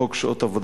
חוק שעות עבודה